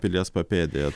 pilies papėdėje